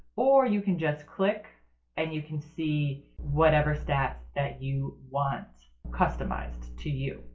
or you can just click and you can see whatever stats that you want customized to you.